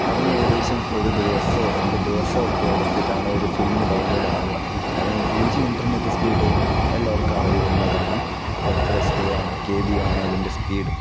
അതിന് ഏകദേശം ഒരു ദിവസമോ രണ്ട് ദിവസമോ ഒക്കെ എടുത്തിട്ടാണ് ഒരു ഫിലിം ഡൗൺലോഡ് ആവുക കാരണം ടു ജി ഇന്റർനെറ്റ് സ്പീഡിൽ നിന്ന് എല്ലാവർക്കും അറിയുന്നതാണ് എത്ര സ്ലോയാണ് കെ ബി ആണ് അതിന്റെ സ്പീഡ്